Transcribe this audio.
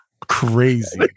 crazy